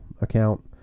account